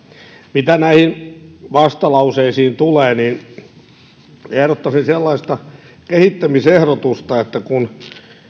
mitä näihin vastalauseisiin tulee niin ehdottaisin sellaista kehittämisehdotusta että kun